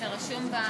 זה רשום?